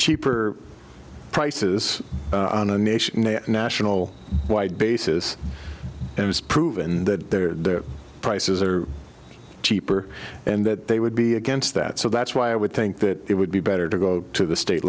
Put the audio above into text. cheaper prices on a nation a national wide basis and was proven that the prices are cheaper and that they would be against that so that's why i would think that it would be better to go to the state